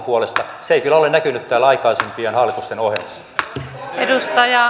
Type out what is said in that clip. se ei kyllä ole näkynyt täällä aikaisempien hallitusten ohjelmassa